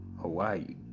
hawaii